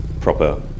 proper